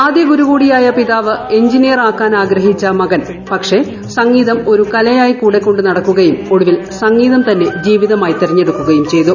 ആദ്യ ഗുരു കൂടിയായ പിതാവ് എൻജിനീയർ ആക്കാൻ ആഗ്രഹിച്ച മകൻ പക്ഷെ സംഗീതം ഒരു കലയായി കൂടെ കൊണ്ടു നടക്കുകയും ഒടുവിൽ സംഗീതം തന്നെ ജീവിതമായി തിരഞ്ഞെടുക്കുകയും ചെയ്തു